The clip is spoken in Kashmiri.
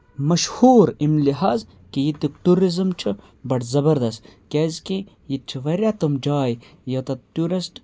مشہوٗر اَمہِ لِحاظٕ کہِ ییٚتیُک ٹوٗرِزٕم چھُ بَڑٕ زَبَردَس کیازکہِ ییٚتہِ چھِ واریاہ تِم جاے یوتَتھ ٹیوٗرِسٹ